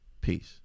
Peace